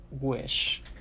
Wish